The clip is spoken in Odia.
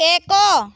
ଏକ